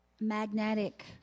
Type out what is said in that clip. magnetic